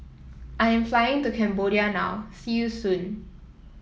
I am flying to Cambodia now see you soon